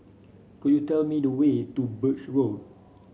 could you tell me the way to Birch Road